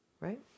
Right